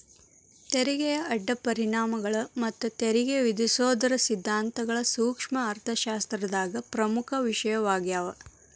ತೆರಿಗೆಯ ಅಡ್ಡ ಪರಿಣಾಮಗಳ ಮತ್ತ ತೆರಿಗೆ ವಿಧಿಸೋದರ ಸಿದ್ಧಾಂತಗಳ ಸೂಕ್ಷ್ಮ ಅರ್ಥಶಾಸ್ತ್ರದಾಗ ಪ್ರಮುಖ ವಿಷಯವಾಗ್ಯಾದ